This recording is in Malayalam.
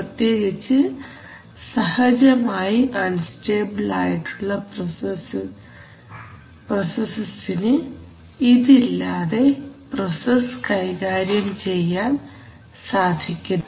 പ്രത്യേകിച്ച് സഹജമായി അൺസ്റ്റേബിൾ ആയിട്ടുള്ള പ്രൊസസസ്സിന് ഇത് ഇല്ലാതെ പ്രോസസ് കൈകാര്യം ചെയ്യാൻ സാധിക്കില്ല